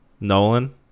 Nolan